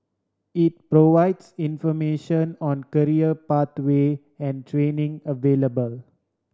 it provides information on career pathway and training available